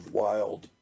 wild